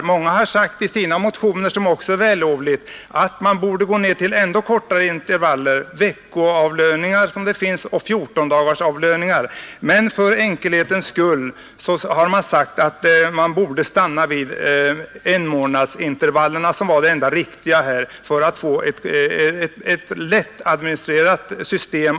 I många motioner framhålls, vilket också är vällovligt, att man borde kunna ha ännu kortare intervaller och utgå från veckoavlöningar eller fjortondagarsavlöningar. Men för enkelhetens skull har vi stannat vid månadsintervaller; det är det enda riktiga för att få ett lättadministrerat system.